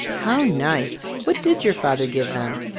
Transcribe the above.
how nice! what did your father give them?